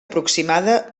aproximada